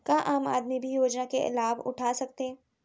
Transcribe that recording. का आम आदमी भी योजना के लाभ उठा सकथे?